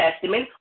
Testament